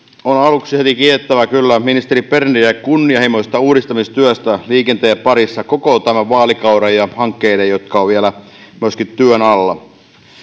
aluksi kiitettävä kyllä ministeri berneriä kunnianhimoisesta uudistamistyöstä liikenteen parissa koko tämän vaalikauden ajan ja myöskin hankkeiden parissa jotka ovat vielä työn alla